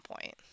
point